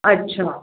अच्छा